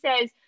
says